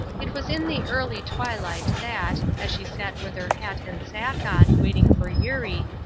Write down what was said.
it was in the early twilight that, as she sat with her hat and sack on, waiting for eurie,